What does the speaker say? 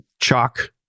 chalk